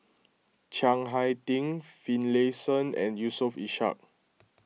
Chiang Hai Ding Finlayson and Yusof Ishak